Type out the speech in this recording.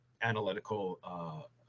analytical